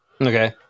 Okay